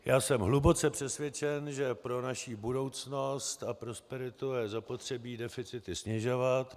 Já jsem hluboce přesvědčen, že pro naši budoucnost a prosperitu je zapotřebí deficity snižovat.